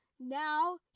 Now